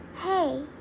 Hey